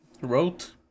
Wrote